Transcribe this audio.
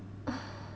ugh